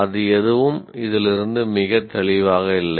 அது எதுவும் இதிலிருந்து மிக தெளிவாக இல்லை